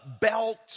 belt